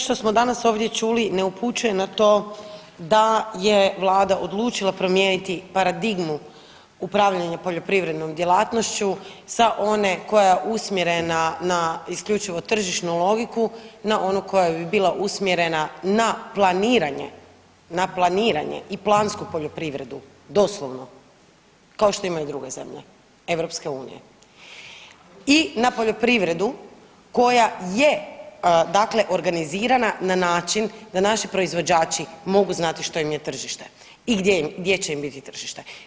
Dakle, sve što smo danas ovdje čuli ne upućuje na to da je Vlada odlučila promijeniti paradigmu upravljanja poljoprivrednom djelatnošću sa one koja je usmjerena na isključivo tržišnu logiku na onu koja bi bila usmjerena na planiranje, na planiranje i plansku poljoprivredu doslovno kao što imaju druge zemlje EU i na poljoprivredu koja je organizirana na način da naši proizvođači mogu znati što im je tržište i gdje će im biti tržište.